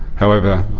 however